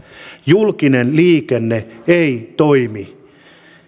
julkinen liikenne ei toimi niin